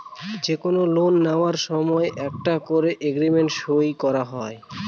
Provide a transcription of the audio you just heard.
যে কোনো লোন নেওয়ার সময় একটা করে এগ্রিমেন্ট সই করা হয়